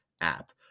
app